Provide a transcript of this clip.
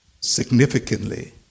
significantly